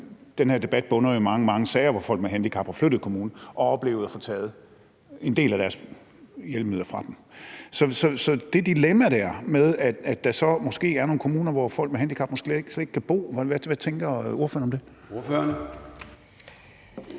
Den her debat bunder jo i mange, mange sager, hvor folk med handicap har flyttet kommune og har oplevet at få taget en del af deres hjælpemidler fra sig. Så hvad tænker ordføreren om det der dilemma med, at der så måske er nogle kommuner, hvor folk med handicap slet ikke kan bo? Kl. 10:42 Formanden (Søren Gade): Ordføreren.